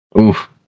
Oof